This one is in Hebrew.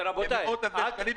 במאות אלפי שקלים,